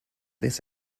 this